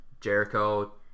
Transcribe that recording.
Jericho